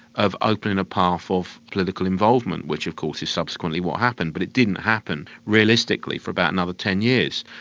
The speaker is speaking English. of opening a path of political involvement, which of course is subsequently what happened, but it didn't happen, realistically, for about another ten years.